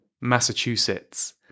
Massachusetts